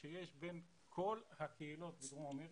שיש בין כל הקהילות בדרום אמריקה.